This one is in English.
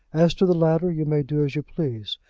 as to the latter you may do as you please.